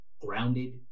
grounded